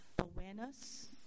Awareness